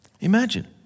Imagine